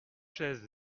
chaises